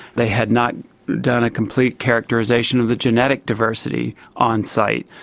they had not done a complete characterisation of the genetic diversity on site.